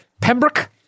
Pembroke